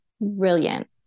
brilliant